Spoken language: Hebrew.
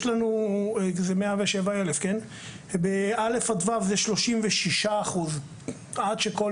יש לנו 107,000. ב-א' עד ו' זה 36%. עד שכל